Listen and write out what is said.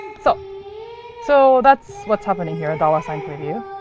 so so that's what's happening here, a dollar sign preview.